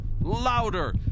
Louder